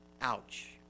Ouch